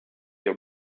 your